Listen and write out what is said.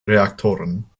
reaktoren